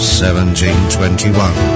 1721